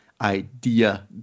idea